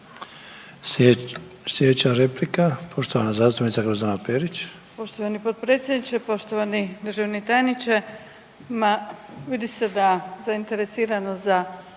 Slijedeća replika poštovana zastupnica Barbara Antolić